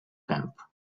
camp